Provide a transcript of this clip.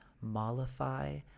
mollify